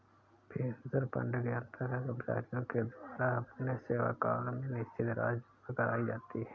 pension fund के अंतर्गत कर्मचारियों के द्वारा अपने सेवाकाल में निश्चित राशि जमा कराई जाती है